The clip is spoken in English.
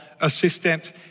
assistant